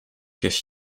jest